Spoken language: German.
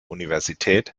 universität